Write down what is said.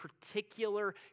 particular